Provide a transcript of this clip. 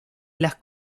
las